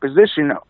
position